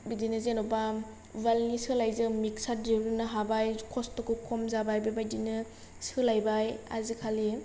बिदिनो जेन'बा उवालनि सोलाय जों मिक्सचार दिहुननो हाबाय खस्थ'खौ खम जाबाय बेबायदिनो सोलायबाय आजिखालि